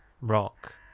rock